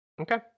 Okay